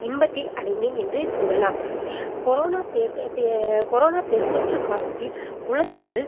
இன்பத்தை அடைந்தேன் என்று சொல்லலாம் கொரோனா கொரோனா பெருந்தொற்று காலத்தில் குழந்தைகள்